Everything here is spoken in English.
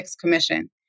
commission